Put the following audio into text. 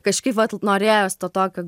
kažkaip vat norėjosi to tokio